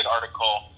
article